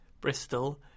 Bristol